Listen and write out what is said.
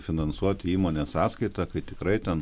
finansuoti įmonės sąskaita kad tikrai ten